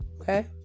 Okay